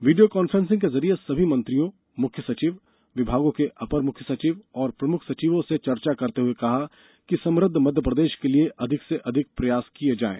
वीडियों conference के जरिए सभी मंत्रियों मुख्य सचिव विभागों के अपर मुख्य सचिव और प्रमुख सचिवों से चर्चा करते हुए कहा कि समुद्ध मध्यप्रदेश के लिए अधिक से अधिक प्रयास किये जायें